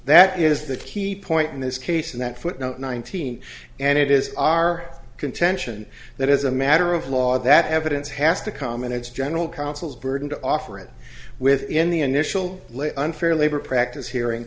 that is the key point in this case and that footnote nineteen and it is our contention that as a matter of law that evidence has to come in its general counsel's burden to offer it within the initial lay unfair labor practice hearing